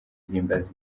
zihimbaza